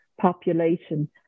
population